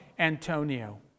Antonio